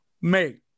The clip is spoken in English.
mate